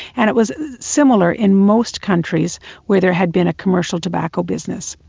and it was similar in most countries where there had been a commercial tobacco business.